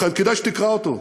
כדאי שתקרא אותו,